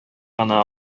гына